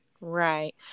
Right